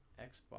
Xbox